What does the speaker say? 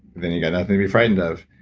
then you've got nothing to be frightened of.